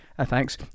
thanks